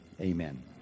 amen